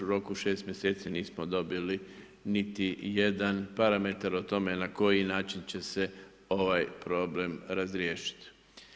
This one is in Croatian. U roku 6 mjeseci nismo dobili niti jedan parametar o tome na koji način će se ovaj problem razriješiti.